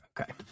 okay